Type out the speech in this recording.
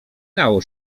nało